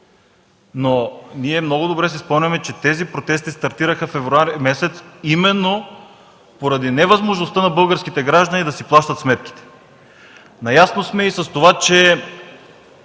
Но ние много добре си спомняме, че тези протести стартираха през месец февруари именно поради невъзможността на българските граждани да си плащат сметките Наясно сме и с това, че